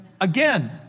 again